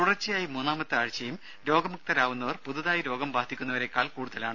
തുടർച്ചയായി മൂന്നാമത്തെ ആഴ്ചയും രോഗമുക്തരാവുന്നവർ പുതുതായി രോഗം ബാധിക്കുന്നവരേക്കാൾ കൂടുതലാണ്